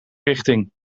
richting